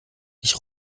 ich